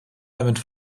damit